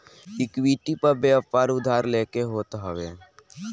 equity पअ व्यापार उधार लेके होत हवे